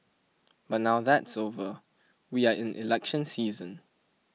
but now that's over we are in election season